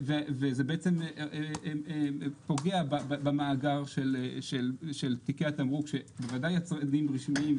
זה בעצם פוגע במאגר של תיקי התמרוק שבוודאי יצרנים רשמיים,